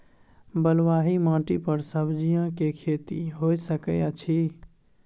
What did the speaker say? बलुआही माटी पर सब्जियां के खेती होय सकै अछि?